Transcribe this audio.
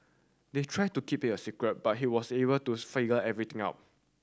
they tried to keep it a secret but he was able to figure everything out